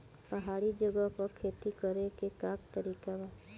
पहाड़ी जगह पर खेती करे के का तरीका बा?